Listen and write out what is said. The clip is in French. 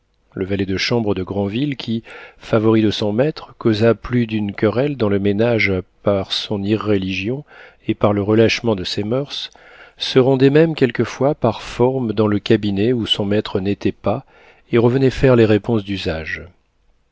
le valet de chambre de granville qui favori de son maître causa plus d'une querelle dans le ménage par son irréligion et par le relâchement de ses moeurs se rendait même quelquefois par forme dans le cabinet où son maître n'était pas et revenait faire les réponses d'usage